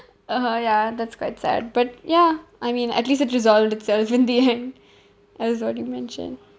(uh huh) ya that's quite sad but ya I mean at least it resolved itself in the end as what you mention